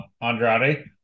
Andrade